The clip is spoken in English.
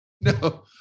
No